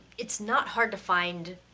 it's not hard to find